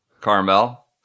Carmel